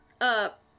up